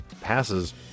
passes